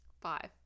five